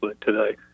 today